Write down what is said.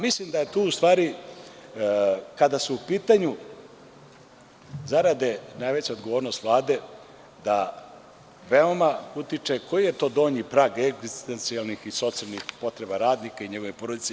Mislim da je tu u stvari, kada su u pitanju zarade, najveća odgovornost Vlade da veoma utiče koji je to donjiprag egzistencijalnih i socijalnih potreba radnika i njegove porodice.